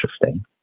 interesting